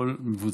הכול מבוצע.